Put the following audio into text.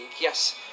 Yes